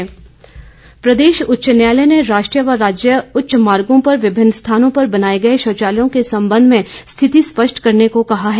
उच्च न्यायालय प्रदेश उच्च न्यायालय ने राष्ट्रीय व राज्य उच्च मार्गो पर विभिन्न स्थानों पर बनाए गए शौचालयों के संबंध में स्थिति स्पष्ट करने को कहा है